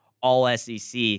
all-SEC –